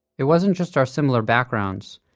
it wasn't just our similar backgrounds.